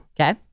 Okay